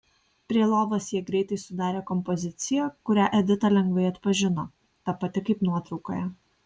prie lovos jie greitai sudarė kompoziciją kurią edita lengvai atpažino ta pati kaip nuotraukoje